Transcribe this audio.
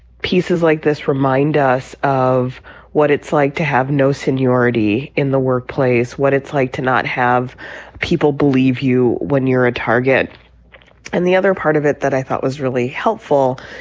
pieces like this remind us of what it's like to have no seniority in the workplace. what it's like to not have people believe you when you're a target and the other part of it that i thought was really helpful.